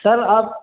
سر آپ